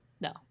No